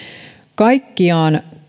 kaikkiaan